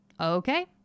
Okay